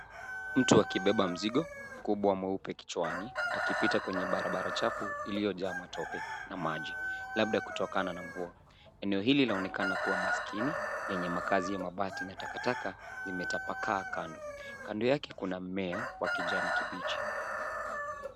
Mtu akibeba mzigo mkubwa mweupe kichwani akipita kwenye barabara chafu iliyojaa matope na maji labda kutokana na mvua. Eneo hili linaonekana kuwa maskini yenye makazi ya mabati na takataka zimetapakaa kando. Kando yake kuna mmea wa kijani kibichi.